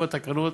עם התקנות,